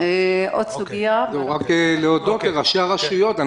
אני רוצה להודות לראשי הרשויות.